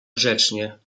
grzecznie